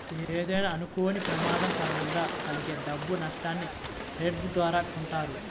ఏదైనా అనుకోని ప్రమాదం కారణంగా కలిగే డబ్బు నట్టాన్ని హెడ్జ్ ద్వారా కొంటారు